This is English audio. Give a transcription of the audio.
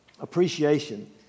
Appreciation